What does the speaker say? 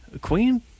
Queen